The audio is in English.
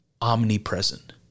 omnipresent